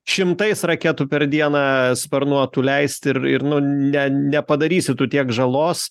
šimtais raketų per dieną sparnuotų leisti ir ir nu ne nepadarysi tu tiek žalos